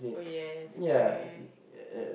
oh yes correct